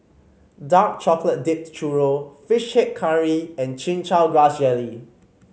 Dark Chocolate Dipped Churro fish head curry and Chin Chow Grass Jelly